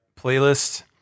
playlist